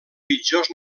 pitjors